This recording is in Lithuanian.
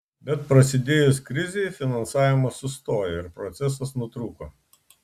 bet prasidėjus krizei finansavimas sustojo ir procesas nutrūko